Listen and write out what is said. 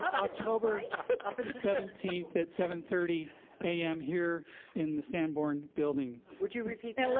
october seventeenth at seven thirty am here in the sanborn building. would you repeat that? like